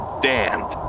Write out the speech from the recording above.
damned